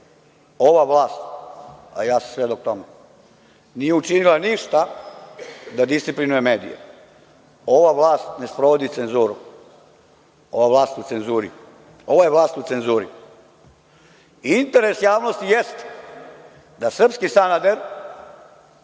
Ova vlast, a ja sam svedok tome, nije učinila ništa da disciplinuje medije. Ova vlast ne sprovodi cenzuru. Ova vlast je u cenzuri. Interes javnosti jeste da srpski Sanader